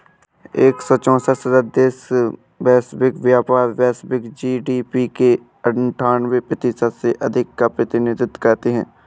एक सौ चौसठ सदस्य देश वैश्विक व्यापार, वैश्विक जी.डी.पी के अन्ठान्वे प्रतिशत से अधिक का प्रतिनिधित्व करते हैं